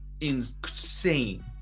insane